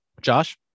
josh